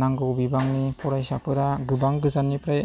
नांगौ बिबांनि फरायसाफोरा गोबां गोजाननिफ्राय